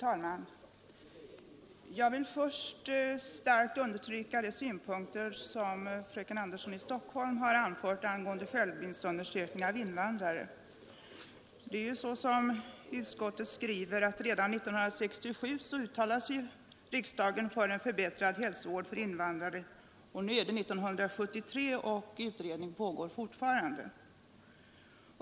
Fru talman! Jag vill först starkt understryka de synpunkter som fröken Andersson i Stockholm har anfört angående skärmbildsundersökning av invandrare. Som utskottet skriver uttalade sig riksdagen redan 1967 för en förbättrad hälsovård för invandrare, Nu är det 1973, och utredning pågår fortfarande.